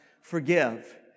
forgive